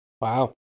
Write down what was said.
Wow